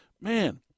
man